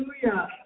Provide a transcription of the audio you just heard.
Hallelujah